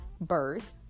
birds